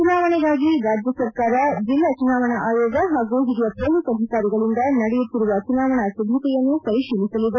ಚುನಾವಣೆಗಾಗಿ ರಾಜ್ಯ ಸರ್ಕಾರ ಜಿಲ್ಲಾ ಚುನಾವಣಾ ಆಯೋಗ ಹಾಗೂ ಹಿರಿಯ ಪೊಲೀಸ್ ಅಧಿಕಾರಿಗಳಿಂದ ನಡೆಯುತ್ತಿರುವ ಚುನಾವಣಾ ಸಿದ್ದತೆಯನ್ನು ಪರಿಶೀಲಿಸಲಿದೆ